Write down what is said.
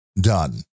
done